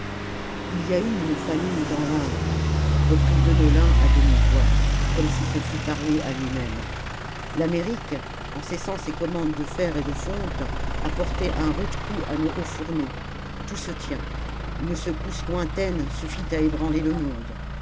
il y a eu une famine dans l'inde reprit deneulin à demi-voix comme s'il se fût parlé à lui-même l'amérique en cessant ses commandes de fer et de fonte a porté un rude coup à nos hauts fourneaux tout se tient une secousse lointaine suffit à ébranler le monde